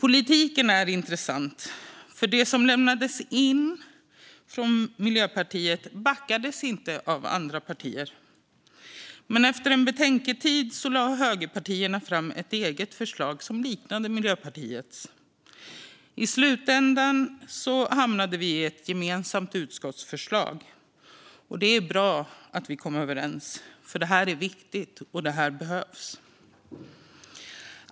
Politiken är intressant, för det som lämnades in från Miljöpartiet backades inte upp av andra partier. Efter en betänketid lade dock högerpartierna fram ett eget förslag som liknade Miljöpartiets, och i slutändan hamnade vi i ett gemensamt utskottsförslag. Det är bra att vi kom överens, för det här är viktigt och det behövs.